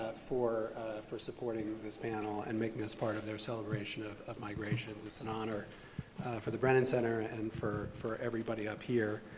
ah for for supporting this panel and making us part of their celebration of of migration. it's an honor for the brennan center and for for everybody up here.